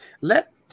Let